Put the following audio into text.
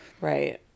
Right